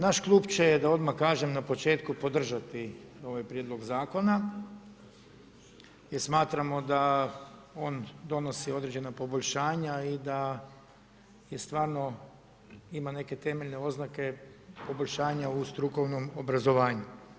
Naš klub će da odmah kažem na početku podržati ovaj prijedlog zakona jer smatramo da on donosi određena poboljšanja i da je stvarno ima neke temeljne oznake poboljšanja u strukovnom obrazovanju.